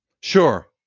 Sure